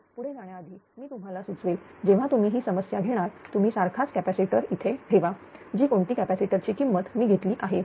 तर पुढे जाण्याआधी मी तुम्हाला सुचवेल जेव्हा तुम्ही ही समस्या घेणार तुम्ही सारखाच कॅपॅसिटर इथे ठेवा जी कोणती कॅपॅसिटर ची किंमत मी घेतली आहे